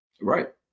Right